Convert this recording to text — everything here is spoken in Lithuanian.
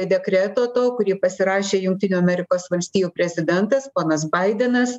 dekreto to kurį pasirašė jungtinių amerikos valstijų prezidentas ponas baidenas